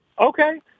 Okay